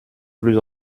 plus